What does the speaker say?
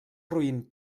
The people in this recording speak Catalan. roín